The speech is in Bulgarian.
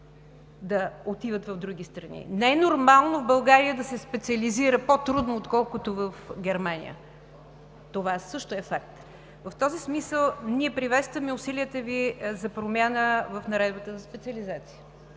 да отиват в други страни“. Не е нормално в България да се специализира по-трудно, отколкото в Германия – това също е факт. В този смисъл ние приветстваме усилията Ви за промяна в Наредбата за специализации.